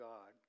God